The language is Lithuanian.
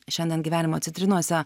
šiandien gyvenimo citrinose